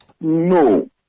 No